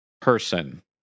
person